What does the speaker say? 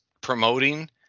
promoting